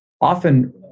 often